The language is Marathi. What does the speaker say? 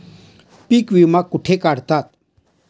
पीक विमा कुठे काढतात?